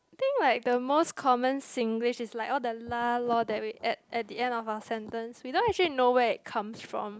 I think like the most common Singlish is like all the lah lor that we add at the end of sentence we don't actually know where it comes from